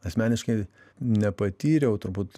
asmeniškai nepatyriau turbūt